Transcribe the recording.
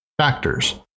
factors